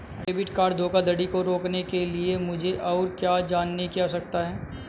Debit card धोखाधड़ी को रोकने के लिए मुझे और क्या जानने की आवश्यकता है?